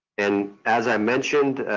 and as i mentioned,